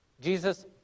Jesus